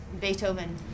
Beethoven